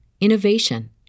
innovation